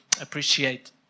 appreciate